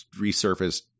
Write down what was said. resurfaced